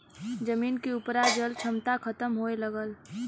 जमीन के उपराजल क्षमता खतम होए लगल